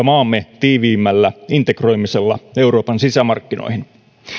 maamme tiiviimmällä integroimisella euroopan sisämarkkinoihin